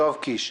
יואב קיש,